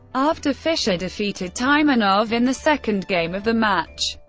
after fischer defeated taimanov in the second game of the match,